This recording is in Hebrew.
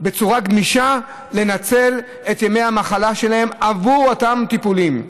בצורה גמישה לנצל את ימי המחלה שלהם עבור אותם טיפולים.